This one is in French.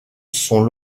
sont